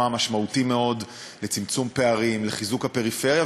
משמעותי מאוד לצמצום פערים ולחיזוק הפריפריה,